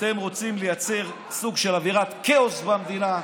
אתם רוצים לייצר סוג של אווירת כאוס במדינה.